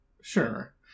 Sure